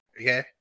Okay